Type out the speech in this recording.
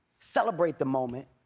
celebrate the moment,